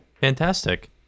Fantastic